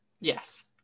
Yes